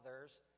others